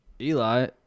Eli